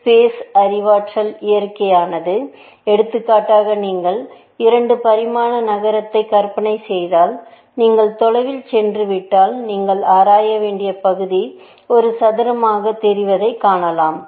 space அறிவாற்றல் இயற்கையானது எடுத்துக்காட்டாக நீங்கள் 2 பரிமாண நகரத்தை கற்பனை செய்தால் நீங்கள் தொலைவில் சென்று விட்டால் நீங்கள் ஆராய வேண்டிய பகுதி ஒரு சதுரமாக தெரிவதை காணலாம்